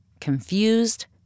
confused